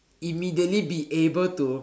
immediately be able to